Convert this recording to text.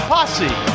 Posse